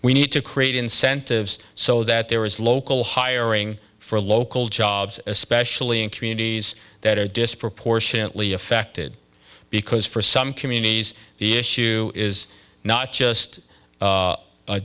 we need to create incentives so that there is local hiring for local jobs especially in communities that are disproportionately affected because for some communities the issue is not just